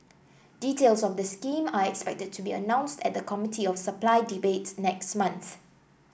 details of the scheme are expected to be announced at the Committee of Supply debate next month